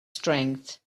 strength